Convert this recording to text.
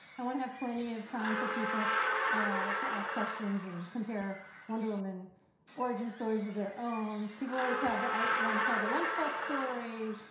i want to have plenty of time for people to ask questions and compare wonder woman origin stories of their own. people always have the i want to tell the lunchbox story,